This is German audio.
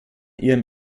ihrem